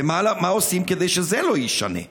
ומה עושים כדי שזה לא יישנה?